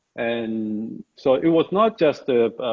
and so it was not just the,